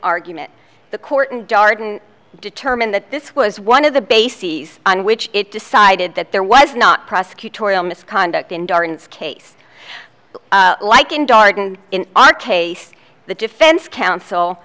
argument the court and darden determined that this was one of the bases on which it decided that there was not prosecutorial misconduct in darren's case like in darden in our case the defense counsel